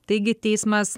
taigi teismas